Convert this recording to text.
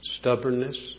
stubbornness